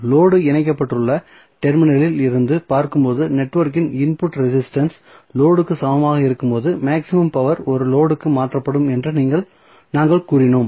load இணைக்கப்பட்டுள்ள டெர்மினலில் இருந்து பார்க்கும்போது நெட்வொர்க்கின் இன்புட் ரெசிஸ்டன்ஸ் லோடு க்கு சமமாக இருக்கும்போது மேக்ஸிமம் பவர் ஒரு லோடு க்கு மாற்றப்படும் என்று நாங்கள் கூறினோம்